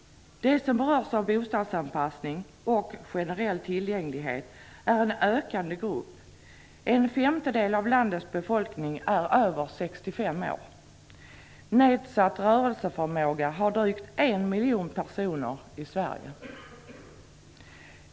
De som berörs av bostadsanpassning och generell tillgänglighet är en ökande grupp. En femtedel av landets befolkning är över 65 år. Drygt en miljon personer i Sverige har nedsatt rörelseförmåga.